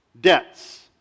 debts